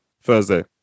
Thursday